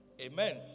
Amen